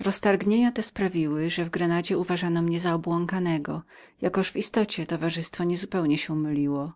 roztargnienia te sprawiły że w grenadzie uważano mnie za obłąkanego jakoż w istocie towarzystwo nie zupełnie się myliło